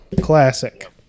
classic